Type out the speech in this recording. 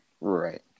Right